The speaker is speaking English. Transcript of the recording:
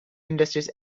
industries